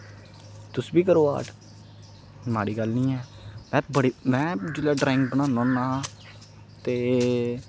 तुस बी करो आर्ट माड़ी गल्ल नेईं ऐ में बड़ी में जिसलै ड्रांइग बनाना होन्ना ते